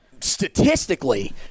statistically –